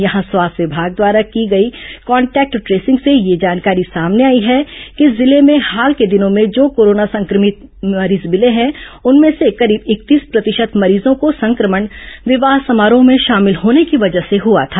यहां स्वास्थ्य विमाग द्वारा की गई कॉन्टेक्ट ट्रेसिंग से यह जानकारी सामने आई है कि जिले में हाल के दिनों में जो कोरोना संक्रमित मरीज भिले हैं उनमें से करीब इकतीस प्रतिशत मरीजों को संक्रमण विवाह समारोह में शामिल होने की वजह से हुआ था